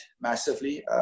massively